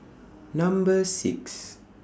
Number six